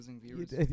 viewers